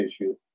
issue